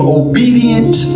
obedient